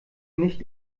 nicht